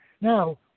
Now